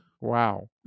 Wow